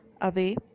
away